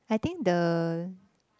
I think the